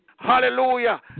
Hallelujah